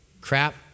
crap